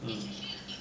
um